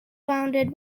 founded